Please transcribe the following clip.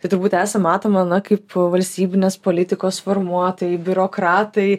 tai turbūt esam matomi na kaip valstybinės politikos formuotojai biurokratai